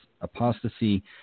apostasy